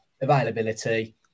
availability